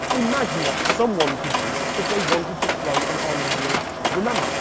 imagine what someone could do if they wanted to throw an online election. and remember,